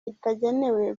itagenewe